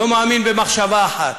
לא מאמין במחשבה אחת,